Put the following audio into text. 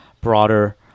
broader